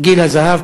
בגיל הזהב,